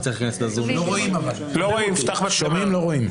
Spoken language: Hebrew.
מנסים לעזור לנו בכל הנושא של הפשיעה החקלאית.